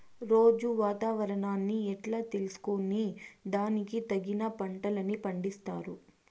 రోజూ వాతావరణాన్ని ఎట్లా తెలుసుకొని దానికి తగిన పంటలని పండిస్తారు?